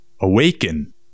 awaken